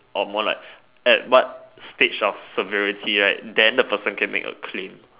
or more like at what stage of severity right then the person can make a claim